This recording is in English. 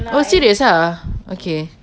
oh serious ah okay